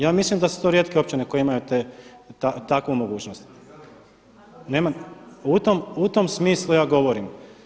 Ja mislim da su to rijetke općine koje imaju takvu mogućnost, u tom smislu ja govorim.